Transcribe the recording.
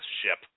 ship